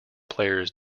players